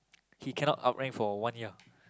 he cannot outrank for one year